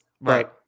Right